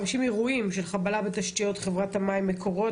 אירועים של חבלה בתשתיות חברת המים מקורות